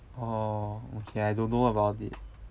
orh okay I don't know about it